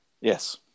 Yes